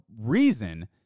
reason